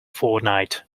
fortnite